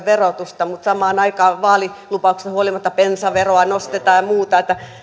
verotusta mutta samaan aikaan vaalilupauksista huolimatta bensaveroa nostetaan ja muuta niin että